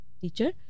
teacher